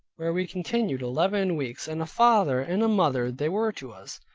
where we continued eleven weeks and a father and mother they were to us.